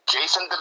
Jason